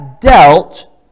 dealt